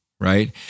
right